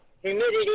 humidity